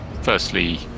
firstly